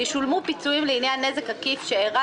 ישולמו פיצויים לעניין נזק עקיף שאירע